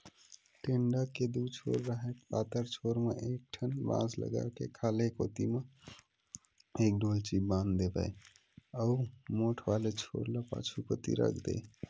टेंड़ा के दू छोर राहय पातर छोर म एक ठन बांस लगा के खाल्हे कोती म एक डोल्ची बांध देवय अउ मोठ वाले छोर ल पाछू कोती रख देय